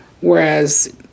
whereas